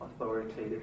authoritative